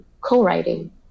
co-writing